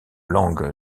langue